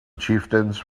chieftains